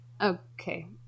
okay